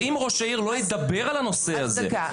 שאם ראש העיר לא ידבר על הנושא הזה,